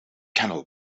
canal